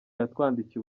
yatwandikiye